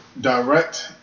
direct